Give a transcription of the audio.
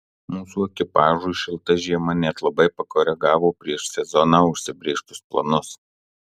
mūsų ekipažui šilta žiema net labai pakoregavo prieš sezoną užsibrėžtus planus